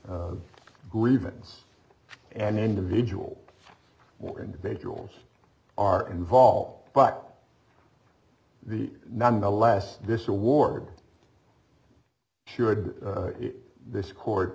any grievance an individual or individuals are involved but the nonetheless this award should this court